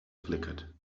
flickered